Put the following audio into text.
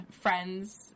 friends